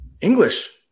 English